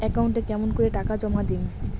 একাউন্টে কেমন করি টাকা জমা দিম?